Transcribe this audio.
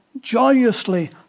joyously